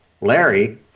Larry